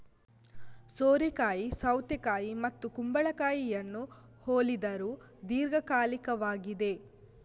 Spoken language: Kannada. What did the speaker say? ಸೋರೆಕಾಯಿ ಸೌತೆಕಾಯಿ ಮತ್ತು ಕುಂಬಳಕಾಯಿಯನ್ನು ಹೋಲಿದರೂ ದೀರ್ಘಕಾಲಿಕವಾಗಿದೆ